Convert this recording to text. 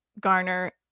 garner